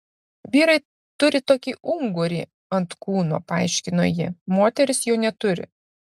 vyrai turi tokį ungurį ant kūno paaiškino ji moterys jo neturi